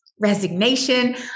resignation